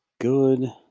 good